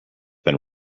been